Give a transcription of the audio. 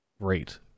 Great